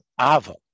Ava